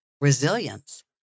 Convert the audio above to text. resilience